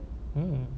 hmm